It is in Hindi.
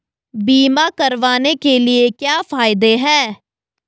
बीमा करवाने के क्या फायदे हैं?